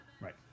Right